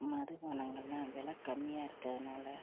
மதுபானங்களெலாம் விலை கம்மியாக இருக்கிறதுனால